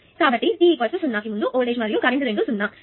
కాబట్టి t 0 కి ముందు వోల్టేజ్ మరియు కరెంట్ రెండూ 0